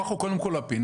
כוח הוא קודם כול לפינוי,